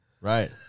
Right